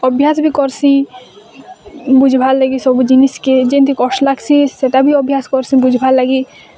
ଅଭ୍ୟାସ ବି କର୍ସିଁ ବୁଝ୍ବାର୍ ଲାଗି ସବୁ ଜିନିଷ୍କେ ଯେନ୍ତି କଷ୍ଟ୍ ଲାଗ୍ସି ସେଟା ବି ଅଭ୍ୟାସ କର୍ସି ବୁଝବାର୍ ଲାଗି